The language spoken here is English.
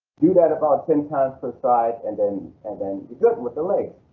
do that about ten times for side and then and then you're good with the legs.